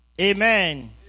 Amen